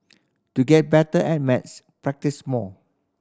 to get better at maths practise more